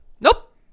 Nope